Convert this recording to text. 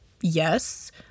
Yes